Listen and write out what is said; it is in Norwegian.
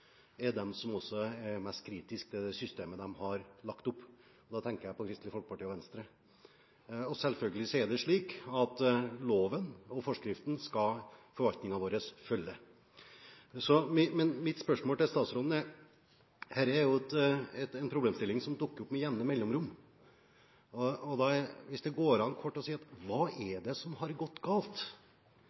er de som også er mest kritisk til systemet de har lagt opp. Da tenker jeg på Kristelig Folkeparti og Venstre. Selvfølgelig er det slik at forvaltningen vår skal følge lov og forskrift. Mitt spørsmål til statsråden går på at dette er en problemstilling som dukker opp med jevne mellomrom, og hvis det går an å si det kort: Hva er det som har gått galt?